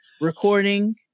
recording